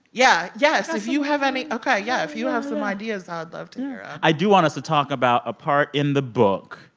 yeah. yes. if you have any ok, yeah. if you have some ideas, i'd love to hear them i do want us to talk about a part in the book.